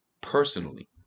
personally